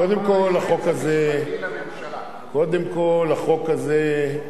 קודם כול, החוק הזה,